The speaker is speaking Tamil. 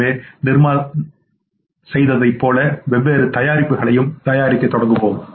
எனவே நிர்மா செய்ததைப் போல வெவ்வேறு தயாரிப்புகளைத் தயாரிக்கத் தொடங்குவோம்